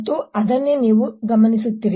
ಮತ್ತು ಅದನ್ನೇ ನೀವು ಗಮನಿಸುತ್ತೀರಿ